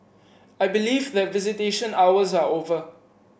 I believe that visitation hours are over